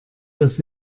das